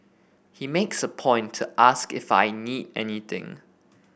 he makes it a point to ask if I need anything